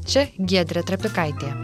čia giedrė trapikaitė